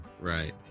Right